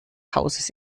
hauses